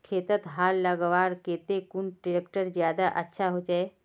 खेतोत हाल लगवार केते कुन ट्रैक्टर ज्यादा अच्छा होचए?